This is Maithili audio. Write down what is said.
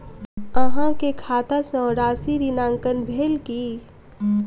अहाँ के खाता सॅ राशि ऋणांकन भेल की?